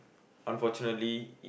unfortunately